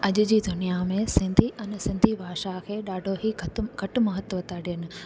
अॼु जे दुनिया में सिंधी अने सिंधी भाषा खे ॾाढो ई ख़तमु घटि महत्व था ॾिनो